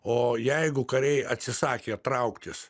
o jeigu kariai atsisakė trauktis